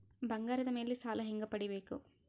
ಬಂಗಾರದ ಮೇಲೆ ಸಾಲ ಹೆಂಗ ಪಡಿಬೇಕು?